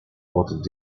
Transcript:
ort